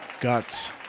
Guts